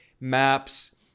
maps